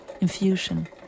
infusion